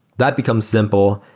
that become simple.